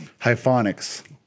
Hyphonics